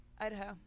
Idaho